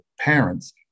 parents